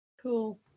cool